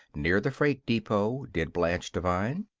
near the freight depot did blanche devine.